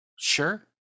Sure